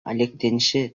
алектенишет